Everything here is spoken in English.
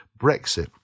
Brexit